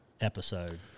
episode